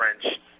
French